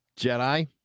Jedi